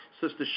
Sister